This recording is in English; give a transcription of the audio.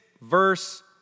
verse